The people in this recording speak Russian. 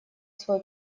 свой